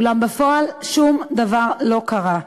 אולם בפועל שום דבר לא קרה.